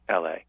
LA